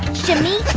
shimmy,